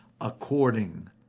according